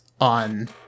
on